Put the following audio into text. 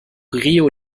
rio